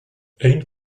eén